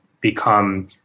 become